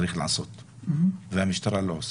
צריך לעשות והמשטרה לא עושה.